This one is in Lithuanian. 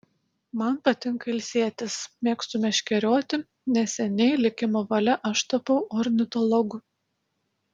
man patinka ilsėtis mėgstu meškerioti neseniai likimo valia aš tapau ornitologu